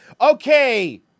okay